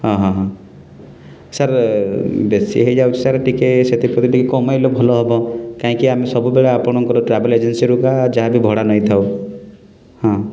ହଁ ହଁ ହଁ ସାର୍ ବେଶୀ ହେଇଯାଉଛି ସାର୍ ଟିକିଏ ସେଥିରୁ କମାଇଲେ ଭଲ ହେବ କାହିଁକି ଆମେ ସବୁବେଳେ ଆପଣଙ୍କର ଟ୍ରାଭେଲ୍ ଏଜେନ୍ସିରୁ ହଁ ଯାହା ବି ଭଡ଼ା ନେଇଥାଉ ହଁ